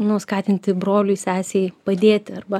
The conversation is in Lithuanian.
nu skatinti broliui sesei padėti arba